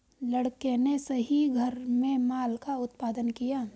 लड़के ने सही घर में माल का उत्पादन किया